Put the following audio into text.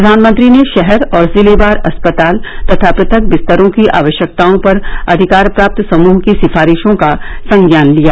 प्रधानमंत्री ने शहर और जिलेवार अस्पताल तथा पृथक बिस्तरों की आवश्यकताओं पर अधिकार प्राप्त समृह की सिफारिशों का संज्ञान लिया